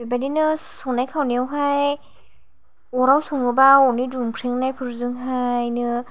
बेबादिनो संनाय खावनायाव हाय अराव सङोबा अरनि दुंख्रेंनायफोरजों हायनो